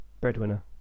Breadwinner